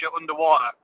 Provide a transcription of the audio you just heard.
underwater